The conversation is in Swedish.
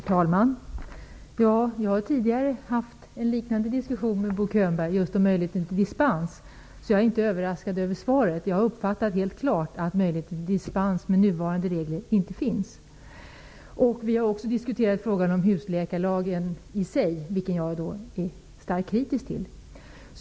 Herr talman! Jag har tidigare haft en liknande diskussion med Bo Könberg just om möjligheten till dispens. Därför är jag inte överraskad över svaret. Jag uppfattar helt klart att möjligheten till dispens med nuvarande regler inte finns. Vi har också diskuterat frågan om husläkarlagen i sig, vilken jag är starkt kritisk till.